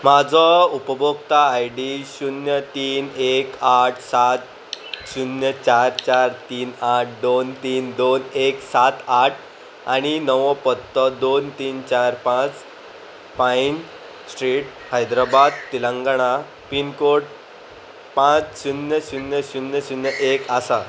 म्हाजो उपभोक्ता I D शुन्य तीन एक आठ सात शुन्य चार चार तीन आठ दोन तीन दोन एक सात आठ आनी नवो पत्तो दोन तीन चार पांच पायन स्ट्रीट हैदराबाद तेलंगाणा पिनकोड पांच शुन्य शुन्य शुन्य शुन्य एक आसा